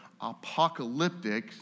apocalyptic